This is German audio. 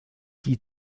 die